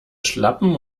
schlappen